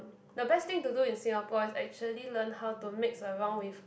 the best thing to do in Singapore it's actually learn how to mix around with